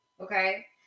Okay